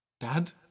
Dad